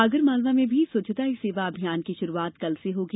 आगरमालवा में भी स्वच्छता ही सेवा अभियान की शुरूआत कल से होगी